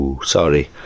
Sorry